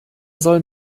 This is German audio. soll